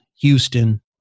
Houston